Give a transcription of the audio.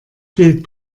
bild